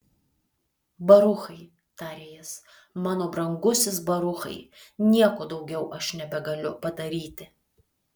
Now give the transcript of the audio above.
baruchai tarė jis mano brangusis baruchai nieko daugiau aš nebegaliu padaryti